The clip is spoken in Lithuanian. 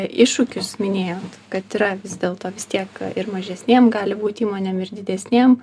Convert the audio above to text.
iššūkius minėjot kad yra vis dėlto vis tiek ir mažesnėm gali būt įmonėm ir didesnėm